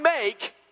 make